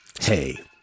Hey